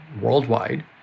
worldwide